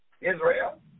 Israel